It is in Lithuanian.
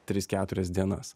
tris keturias dienas